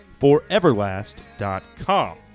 foreverlast.com